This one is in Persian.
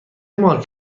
مارک